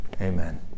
Amen